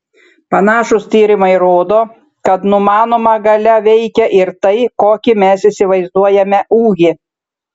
panašūs tyrimai rodo kad numanoma galia veikia ir tai kokį mes įsivaizduojame ūgį